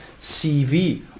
CV